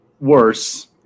worse